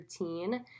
routine